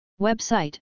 Website